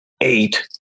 eight